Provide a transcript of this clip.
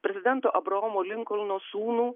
prezidento abraomo linkolno sūnų